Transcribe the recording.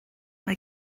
mae